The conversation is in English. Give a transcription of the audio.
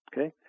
Okay